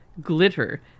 Glitter